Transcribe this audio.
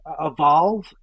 evolve